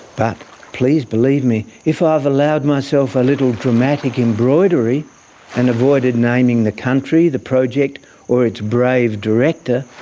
but please believe me if i ah have allowed myself a little dramatic embroidery and avoided naming the country, the project or it's brave director.